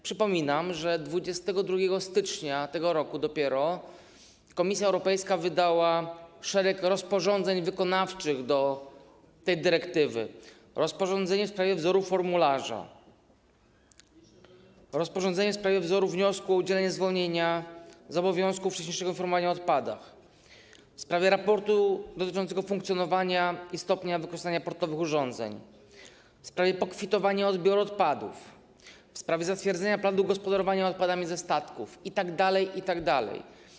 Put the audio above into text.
Przypominam, że dopiero 22 stycznia tego roku Komisja Europejska wydała szereg rozporządzeń wykonawczych do tej dyrektywy: rozporządzenie w sprawie wzoru formularza, rozporządzenie w sprawie wzoru wniosku o udzielenie zwolnienia z obowiązku wcześniejszego informowania o odpadach, w sprawie raportu dotyczącego funkcjonowania i stopnia wykorzystania portowych urządzeń, w sprawie pokwitowania odbioru odpadów, w sprawie zatwierdzenia planu gospodarowania odpadami ze statków itd., itd.